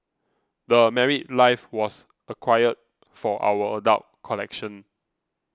The Married Life was acquired for our adult collection